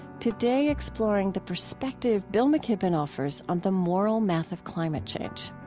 today exploring the perspective bill mckibben offers on the moral math of climate change.